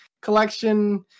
Collection